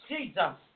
Jesus